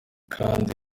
kandi